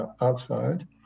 outside